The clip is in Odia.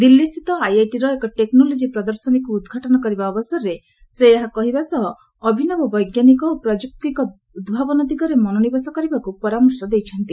ଦିଲ୍ଲୀସ୍ଥିତ ଆଇଆଇଟିର ଏକ ଟେକ୍ସୋଲୋଜି ପ୍ରଦର୍ଶନୀକୁ ଉଦ୍ଘାଟନ କରିବା ଅବସରରେ ସେ ଏହା କହିବା ସହ ଅଭିନବ ବୈଜ୍ଞାନିକ ଓ ପ୍ରଯୁକ୍ତିର ଉଭାବନ ଦିଗରେ ମନୋନିବେଶ କରିବାକୁ ପରାମର୍ଶ ଦେଇଛନ୍ତି